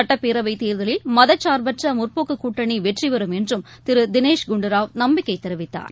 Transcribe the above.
சட்டப்பேரவைத் தேர்தலில் மதசார்பற்றமுற்போக்குகூட்டனிவெற்றிபெறும் என்றும் திருதினேஷ் குன்டுராவ் நம்பிக்கைதெரிவித்தார்